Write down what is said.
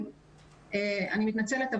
אני מתנצלת,